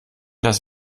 das